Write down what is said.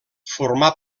formà